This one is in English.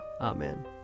Amen